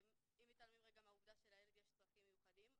אם מתעלמים רגע מהעובדה שלילד יש צרכים מיוחדים,